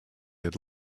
had